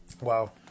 Wow